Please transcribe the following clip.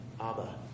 Abba